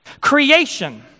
Creation